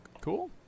Cool